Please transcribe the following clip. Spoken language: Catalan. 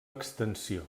extensió